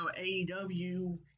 AEW